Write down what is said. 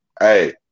Hey